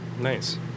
nice